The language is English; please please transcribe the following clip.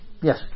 yes